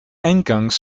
eingangs